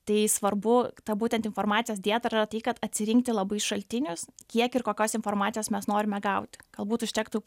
tai svarbu tą būtent informacijos dieta ir yra tai kad atsirinkti labai šaltinius kiek ir kokios informacijos mes norime gauti galbūt užtektų